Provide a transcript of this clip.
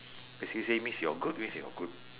basically say means you're good means you're good